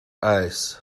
eyes